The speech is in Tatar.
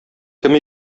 кем